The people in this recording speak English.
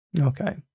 Okay